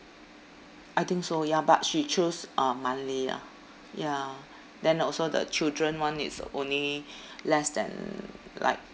I think so ya but she choose uh monthly lah ya then also the children [one] is only less than like